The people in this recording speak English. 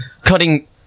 Cutting